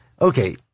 okay